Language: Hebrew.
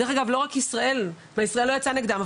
דרך אגב לא רק מישראל וישראל לא יצאה נגדם.